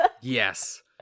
Yes